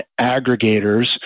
aggregators